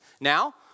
Now